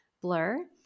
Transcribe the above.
blur